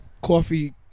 coffee